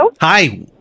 Hi